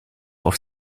auf